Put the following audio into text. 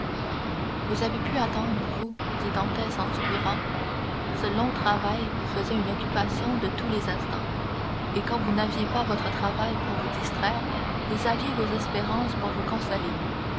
vous avez pu attendre vous dit dantès en soupirant ce long travail vous faisait une occupation de tous les instants et quand vous n'aviez pas votre travail pour vous distraire vous aviez vos espérances pour vous consoler